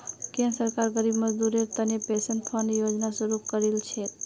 केंद्र सरकार गरीब मजदूरेर तने पेंशन फण्ड योजना शुरू करील छेक